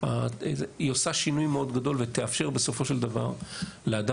היא עושה שינוי מאוד גדול ותאפשר בסופו של דבר לאדם